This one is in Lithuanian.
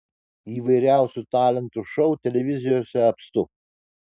įvairiausių talentų šou televizijose apstu